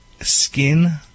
Skin